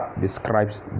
describes